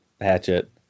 hatchet